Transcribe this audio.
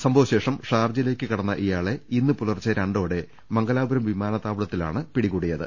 സംഭവശേഷം ഷാർജയിലേക്ക് കടന്ന ഇയാളെ ഇന്ന് പുലർച്ചെ രണ്ടോടെ മംഗലാപുരം വിമാനത്താവളത്തിൽ വെച്ചാണ് പിടികൂടിയത്